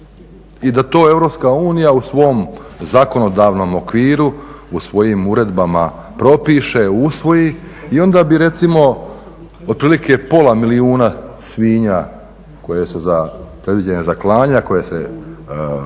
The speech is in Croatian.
i da to EU u svom zakonodavnom okviru u svojim uredbama propiše i usvoji. I onda bi recimo otprilike pola milijuna svinja koje su predviđene za klanje, a koje se dakle